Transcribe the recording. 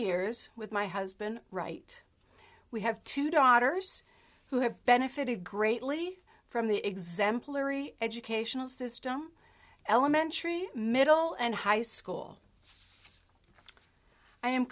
years with my husband right we have two daughters who have benefited greatly from the exemplary educational system elementary middle and high school i am